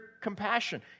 compassion